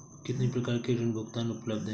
कितनी प्रकार के ऋण भुगतान उपलब्ध हैं?